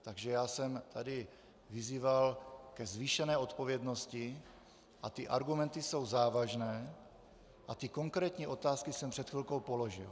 Takže já jsem tady vyzýval ke zvýšené odpovědnosti a ty argumenty jsou závažné a konkrétní otázky jsem před chvilkou položil.